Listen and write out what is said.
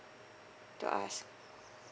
to ask